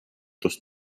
тус